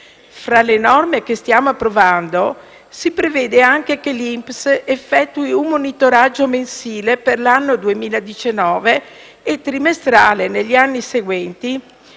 Fra le norme che stiamo approvando, si prevede anche che l'INPS effettui un monitoraggio mensile per l'anno 2019 e trimestrale negli anni seguenti